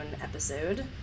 episode